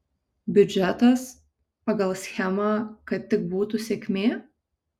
biudžetas pagal schemą kad tik būtų sėkmė